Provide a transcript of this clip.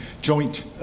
joint